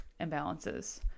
imbalances